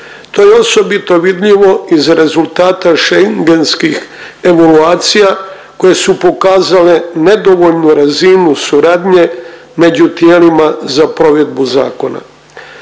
To je osobito vidljivo iz rezultata šengenskih evaluacija koje su pokazala nedovoljnu razinu suradnje među tijelima za provedbu zakona.